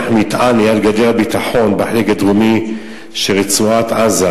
מטען ליד גדר הביטחון בחלק הדרומי של רצועת-עזה,